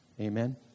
Amen